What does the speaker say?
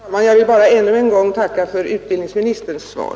Herr talman! Jag vill bara ännu en gång tacka för utbildningsministerns svar.